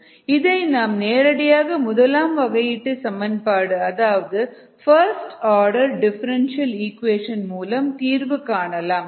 dxdtx இதை நாம் நேரடியாக முதலாம் வகையீட்டுச் சமன்பாடு அதாவது பஸ்ட் ஆர்டர் டிஃபரண்டியல் ஈக்குவேஷன் மூலம் தீர்வு காணலாம்